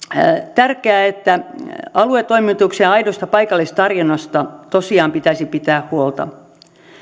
tärkeää että aluetoimitusten aidosta paikallistarjonnasta tosiaan pidettäisiin huolta